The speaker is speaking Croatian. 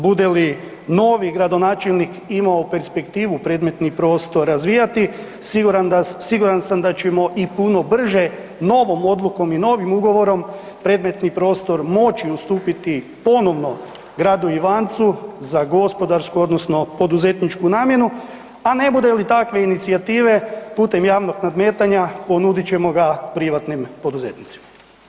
Bude li novi gradonačelnik imati perspektivu predmetni prostor razvijati siguran sam da ćemo i puno brže novom odlukom i novim ugovorom predmetni prostor moći ustupiti ponovno gradu Ivancu za gospodarsku odnosno poduzetničku namjenu, a ne bude li takve inicijative putem javnog nadmetanja ponudit ćemo ga privatnim poduzetnicima.